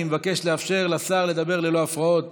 אני מבקש לאפשר לשר לדבר ללא הפרעות.